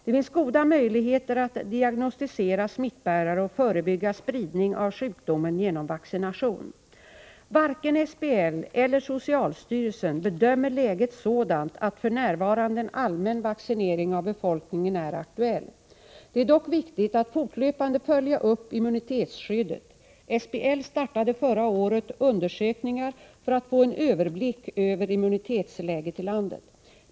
Det finns goda möjligheter att diagnostisera smittbärare och förebygga spridning av sjukdomen genom vaccination. Varken SBL eller socialstyrelsen bedömer läget sådant att f.n. en allmän vaccinering av befolkningen är aktuell. Det är dock viktigt att fortlöpande följa upp immunitetsskyddet. SBL startade förra året undersökningar för att få en överblick över immunitetsläget i landet.